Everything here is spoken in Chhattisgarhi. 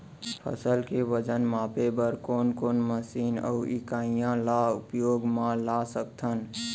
फसल के वजन मापे बर कोन कोन मशीन अऊ इकाइयां ला उपयोग मा ला सकथन?